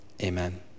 Amen